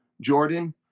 Jordan